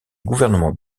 gouvernement